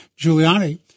Giuliani